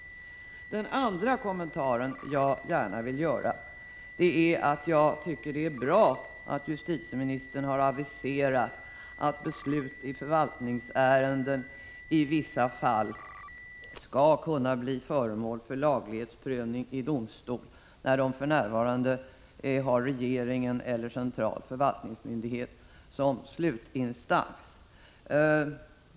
En annan kommentar jag gärna vill göra är att jag tycker det är bra att justitieministern har aviserat att beslut i förvaltningsärenden skall kunna bli föremål för laglighetsprövning i domstol i vissa av de fall då för närvarande regeringen eller central förvaltningsmyndighet är slutinstans.